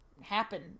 happen